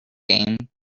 game